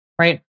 right